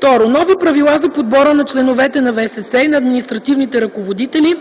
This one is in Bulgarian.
2. Нови правила за подбора на членове на ВСС и на административните ръководители